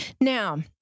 Now